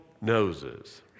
noses